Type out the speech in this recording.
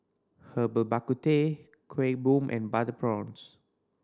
Herbal Bak Ku Teh Kuih Bom and butter prawns